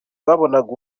babonaga